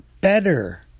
better